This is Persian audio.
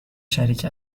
شریک